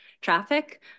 traffic